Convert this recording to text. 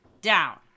down